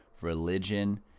religion